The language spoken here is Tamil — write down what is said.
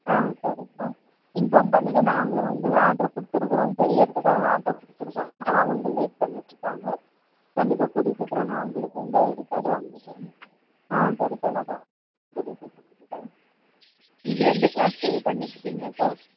ஆ சரிப்பா இன்ஃபார்ம் பண்ணுங்கள் நாங்களும் வந்து ஆர்ட்ரு கொடுத்துருக்குறோம் செய்யறதுக்காக ஆர்ட்ரு கொடுத்துருக்குறோம் அவங்க லேட் பண்ணிகிட்டு இருக்காங்க கண்டிப்பாக கூடிய சீக்கிரம் நான் உங்களுக்கு வந்து ஐடி கார்டு வாங்கி தரேன் ஆ சரிப்பா நான் கூடிய சீக்கிரம் வாங்கி தரேன் நீங்கள் எந்த கிளாஸ் பண்ணிகிட்டு இருக்கிங்க இப்போ